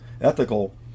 ethical